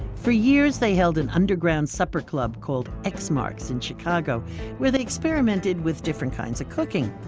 for years they held an underground supper club called x-marx in chicago where they experimented with different kinds of cooking.